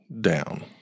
down